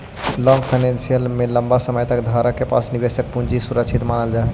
long finance में लंबा समय तक धारक के पास निवेशक के पूंजी सुरक्षित मानल जा हई